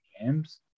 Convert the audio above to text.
games